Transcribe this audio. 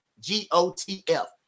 G-O-T-F